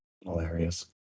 hilarious